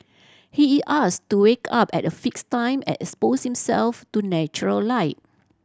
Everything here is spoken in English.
he is asked to wake up at a fixed time and expose himself to natural light